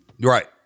Right